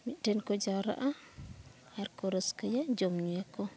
ᱢᱤᱫᱴᱷᱮᱱ ᱠᱚ ᱡᱟᱣᱨᱟᱜᱼᱟ ᱟᱨᱠᱚ ᱨᱟᱹᱥᱠᱟᱹᱭᱟ ᱡᱚᱢ ᱧᱩᱭᱟᱠᱚ